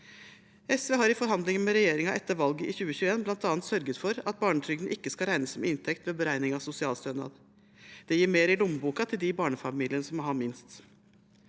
SV har i forhandlinger med regjeringen etter valget i 2021 bl.a. sørget for at barnetrygden ikke skal regnes som inntekt ved beregning av sosialstønad. Det gir mer i lommeboken til de barnefamiliene som har minst.